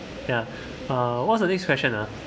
ya uh what's the next question ah